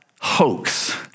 hoax